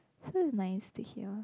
so it's nice to hear